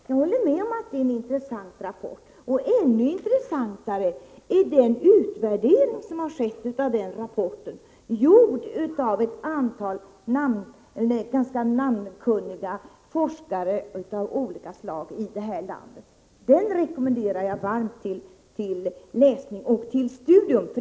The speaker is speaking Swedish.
Jag håller med om att det är en intressant rapport, och ännu intressantare är den utvärdering som har skett av den rapporten, gjord av ett antal rätt namnkunniga forskare inom olika områden i vårt land. Den rekommenderar jag varmt till läsning och till studium.